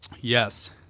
Yes